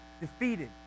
defeated